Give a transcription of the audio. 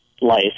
life